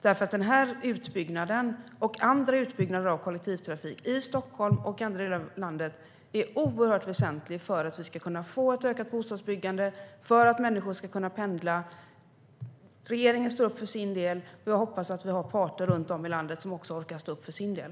Den här utbyggnaden och andra utbyggnader av kollektivtrafik, i Stockholm och andra delar av landet, är oerhört väsentlig för att vi ska kunna få ökat bostadsbyggande och för att människor ska kunna pendla. Regeringen står upp för sin del. Jag hoppas att vi har parter runt om i landet som orkar stå upp för sin del.